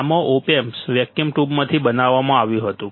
આમાં op amp vacuum ટ્યુબમાંથી બનાવવામાં આવ્યું હતું